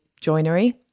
joinery